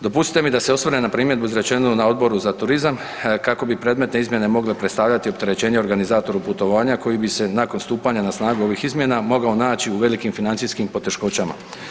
Dopustite mi da se osvrnem na primjedbu izrečenu na Odboru za turizam, kako bi predmetne izmjene mogle predstavljati opterećenje organizatoru putovanja koji bi se nakon stupanja na snagu ovih izmjena mogao naći u velikim financijskim poteškoćama.